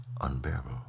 unbearable